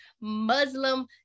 muslim